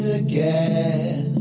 again